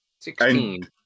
Sixteen